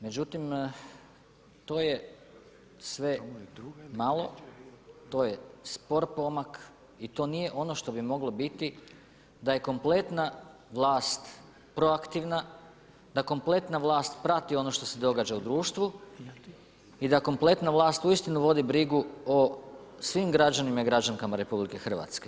Međutim to je sve malo, to je spor pomak i to nije ono što bi moglo biti da je kompletna vlast proaktivna, da kompletna vlast prati ono što se događa u društvu i da kompletna vlast uistinu vodi brigu o svim građanima i građankama RH.